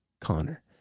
Connor